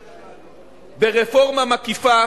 הזה ברפורמה מקיפה